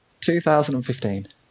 2015